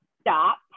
stop